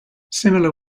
similar